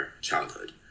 childhood